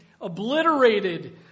obliterated